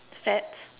fats